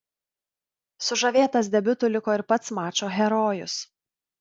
sužavėtas debiutu liko ir pats mačo herojus